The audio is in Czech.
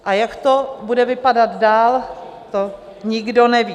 A jak to bude vypadat dál, to nikdo neví.